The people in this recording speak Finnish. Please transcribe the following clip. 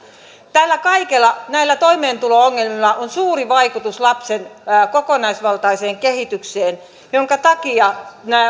tällä kaikella näillä toimeentulo ongelmilla on suuri vaikutus lapsen kokonaisvaltaiseen kehitykseen minkä takia